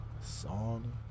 song